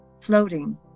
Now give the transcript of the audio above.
floating